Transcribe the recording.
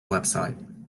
website